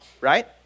right